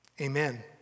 Amen